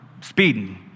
speeding